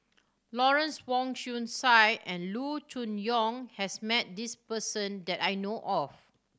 Lawrence Wong Shyun Tsai and Loo Choon Yong has met this person that I know of